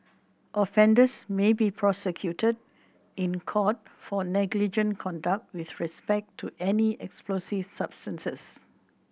offenders may be prosecuted in court for negligent conduct with respect to any explosive substance